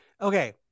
Okay